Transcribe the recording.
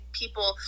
people